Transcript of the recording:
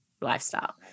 lifestyle